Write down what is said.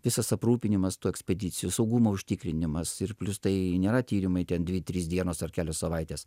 visas aprūpinimas tų ekspedicijų saugumo užtikrinimas ir plius tai nėra tyrimai ten dvi trys dienos ar kelios savaitės